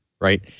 right